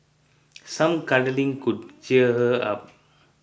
some cuddling could cheer her up